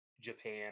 japan